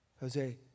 Jose